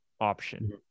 option